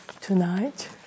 tonight